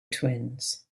twins